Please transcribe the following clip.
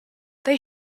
they